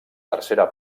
tercera